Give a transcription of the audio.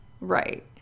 right